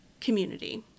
community